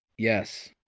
Yes